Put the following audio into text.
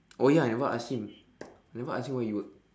oh ya never ask him never ask him what he work